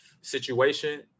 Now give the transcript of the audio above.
situation